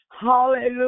Hallelujah